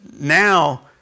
now